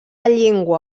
llengua